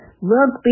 Rugby